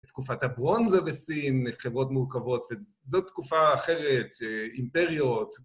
תקופת הברונזה בסין, חברות מורכבות, וזאת תקופה אחרת, אימפריות...